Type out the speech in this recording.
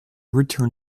return